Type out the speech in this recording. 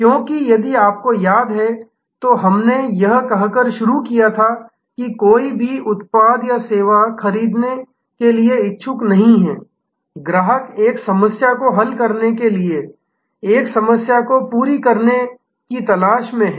क्योंकि यदि आपको याद है तो हमने यह कहकर शुरू किया था कि कोई भी उत्पाद या सेवा खरीदने के लिए इच्छुक नहीं है ग्राहक एक समस्या को हल करने के लिए एक समस्या को पूरा करने की तलाश में हैं